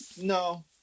No